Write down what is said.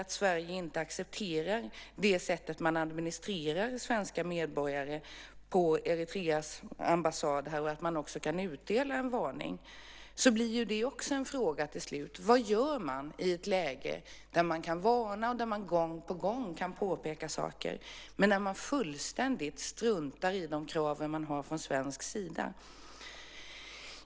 Att Sverige inte accepterar det sätt på vilket man administrerar svenska medborgare vid Eritreas ambassad och att vi kan utdela en varning får till följd att vi måste fråga oss: Vad gör vi i ett läge där vi kan varna och gång på gång påpeka saker samtidigt som man fullständigt struntar i de krav vi har från svensk sida?